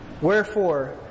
Wherefore